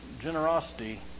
generosity